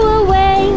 away